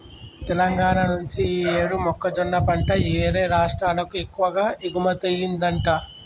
తెలంగాణా నుంచి యీ యేడు మొక్కజొన్న పంట యేరే రాష్టాలకు ఎక్కువగా ఎగుమతయ్యిందంట